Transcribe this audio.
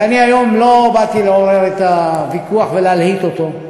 והיום לא באתי לעורר את הוויכוח ולהלהיט אותו,